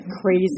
crazy